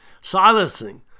Silencing